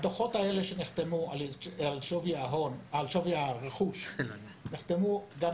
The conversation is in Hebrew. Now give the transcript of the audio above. הדוחות האלה שנחתמו על שווי הרכוש נחתמו גם